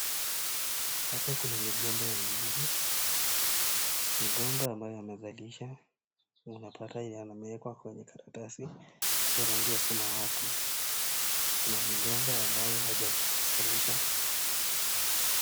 Hapa kuna migomba ya ndizi; migomba ambayo imezalisha na unapata imewekwa kwenye karatasi ya rangi ya samawati. Kuna migomba ambayo haijazalisha.